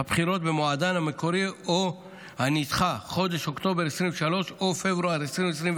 הבחירות במועדן המקורי או הנדחה (חודש אוקטובר 2023 או פברואר 2024,